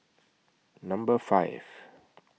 Number five